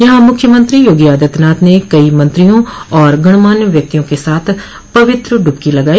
यहां मुख्यमंत्री योगी आदित्यनाथ ने कई मंत्रियों और गणमान्य व्यक्तियों के साथ पवित्र डुबकी लगाई